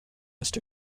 must